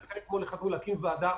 ולכן אתמול החלטנו להקים ועדה